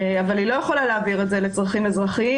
אבל היא לא יכולה להעביר את זה לצרכים אזרחיים.